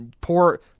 poor